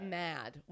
mad